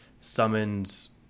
summons